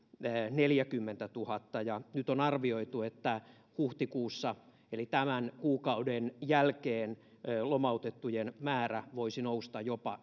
neljäkymmentätuhatta ja nyt on arvioitu että huhtikuussa eli tämän kuukauden jälkeen lomautettujen määrä voisi nousta jopa